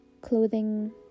clothing